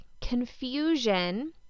confusion